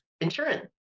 insurance